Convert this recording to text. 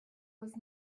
was